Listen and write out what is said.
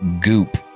goop